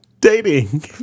dating